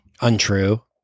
untrue